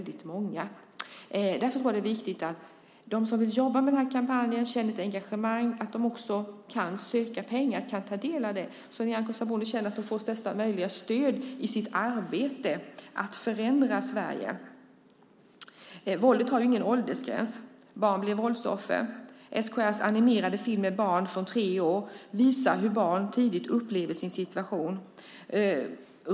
Därför är det viktigt att de som vill jobba med kampanjen känner ett engagemang och att de också kan söka pengar, så att Nyamko Sabuni kan känna att hon får största möjliga stöd i sitt arbete att förändra Sverige. Våldet har ingen åldersgräns. Barn blir våldsoffer. SKL:s animerade filmer med barn från tre år visar hur barn tidigt upplever sin situation.